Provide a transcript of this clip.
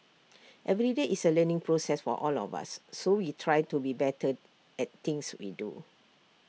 every day is A learning process for all of us so we try to be better at things we do